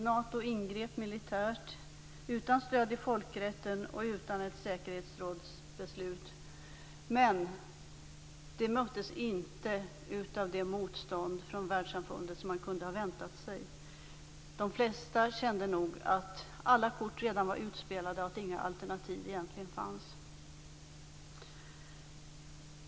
Nato ingrep militärt utan stöd i folkrätten och utan ett säkerhetsrådsbeslut. Men det möttes inte av det motstånd från världssamfundet som man hade kunnat väntat sig. De flesta kände nog att alla kort redan var utspelade och att det egentligen inte fanns några alternativ.